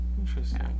interesting